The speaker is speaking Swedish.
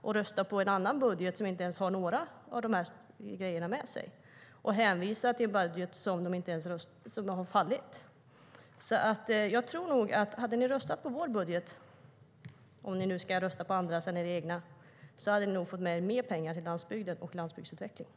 Ni röstade på en budget som inte ens innehåller några av de här grejerna och hänvisar till en budget som har fallit. Hade ni röstat på vår budget - om ni nu ska rösta på andras än er egen - tror jag nog att ni hade fått med er mer pengar till landsbygden och landsbygdsutvecklingen.